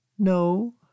No